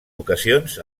ocasions